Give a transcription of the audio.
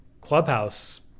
clubhouse